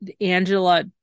Angela